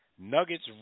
Nuggets